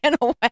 away